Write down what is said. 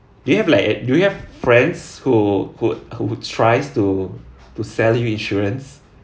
do you have like eh do you have friends who who who tries to to sell you insurance